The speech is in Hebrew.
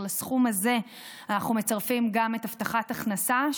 לסכום הזה אנחנו מצרפים גם את הבטחת ההכנסה,